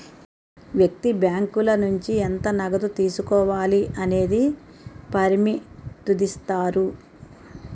వ్యక్తి బ్యాంకుల నుంచి ఎంత నగదు తీసుకోవాలి అనేది పరిమితుదిస్తారు